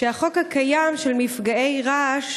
שהחוק הקיים של מפגעי רעש,